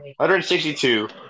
162